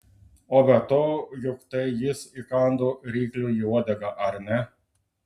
o be to juk tai jis įkando rykliui į uodegą ar ne